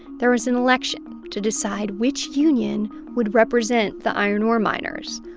there was an election to decide which union would represent the iron ore miners.